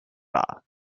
war